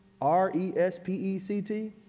R-E-S-P-E-C-T